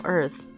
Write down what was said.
Earth